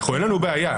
אין לנו בעיה.